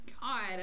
God